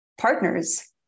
partners